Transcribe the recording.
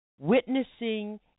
Witnessing